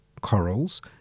corals